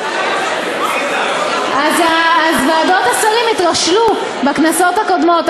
אז ועדות השרים התרשלו בכנסות הקודמות.